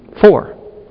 Four